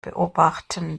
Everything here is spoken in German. beobachten